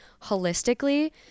holistically